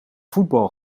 voetbal